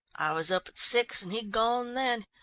i was up at six and he'd gone then,